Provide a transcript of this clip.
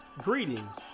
Greetings